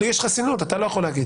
לי יש חסינות, אתה לא יכול להגיד.